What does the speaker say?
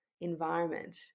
environment